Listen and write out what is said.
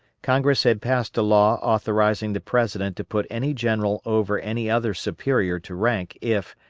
congress had passed a law authorizing the president to put any general over any other superior to rank if,